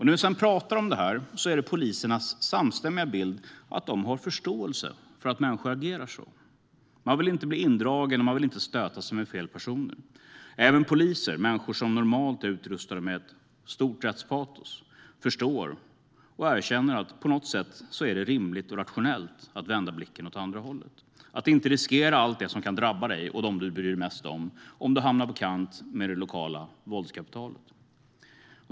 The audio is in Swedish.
När poliserna pratar om detta är det deras samstämmiga bild att de har förståelse för att människor agerar så. Man vill inte bli indragen, och man vill inte stöta sig med fel personer. Även poliser, människor som normalt är utrustade med ett stort rättspatos, förstår och erkänner att på något sätt är det rimligt och rationellt att vända blicken åt andra hållet, att inte riskera allt det som kan drabba dig och dem du bryr dig mest om om du hamnar på kant med det lokala våldskapitalet.